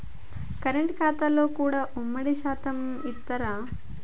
Current ఖాతాలో కూడా ఉమ్మడి ఖాతా ఇత్తరా?